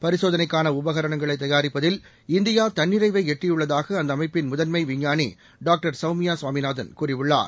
பரிசோதனைக்கான உபகரணங்களை தயாரிப்பதில் இந்தியா தன்னிறைவை எட்டியுள்ளதாக அந்த அமைப்பின் முதன்மை விஞ்ஞானி டாக்டர் சௌமியா சாமிநாதன் கூறியுள்ளார்